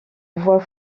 voix